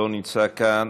לא נמצא כאן,